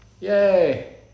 Yay